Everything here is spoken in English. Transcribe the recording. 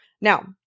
Now